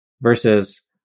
versus